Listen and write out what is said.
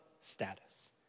status